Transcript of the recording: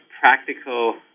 practical